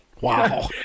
Wow